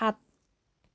সাত